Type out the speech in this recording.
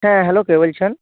হ্যাঁ হ্যালো কে বলছেন